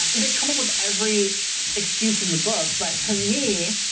they come up with every excuse in the book. but to me,